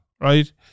right